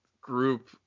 group